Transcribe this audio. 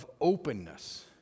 openness